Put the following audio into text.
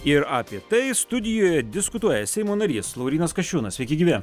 ir apie tai studijoje diskutuoja seimo narys laurynas kasčiūnas sveiki gyvi